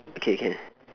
okay can